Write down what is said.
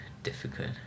difficult